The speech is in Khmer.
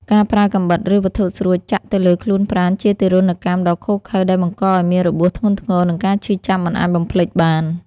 ការប្រើកាំបិតឬវត្ថុស្រួចចាក់ទៅលើខ្លួនប្រាណជាទារុណកម្មដ៏ឃោរឃៅដែលបង្កឱ្យមានរបួសធ្ងន់ធ្ងរនិងការឈឺចាប់មិនអាចបំភ្លេចបាន។